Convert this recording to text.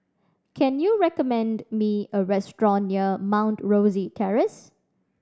can you recommend me a restaurant near Mount Rosie Terrace